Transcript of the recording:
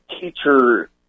teacher